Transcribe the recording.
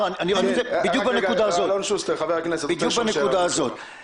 בדיוק בנקודה הזאת אני רוצה לשאול.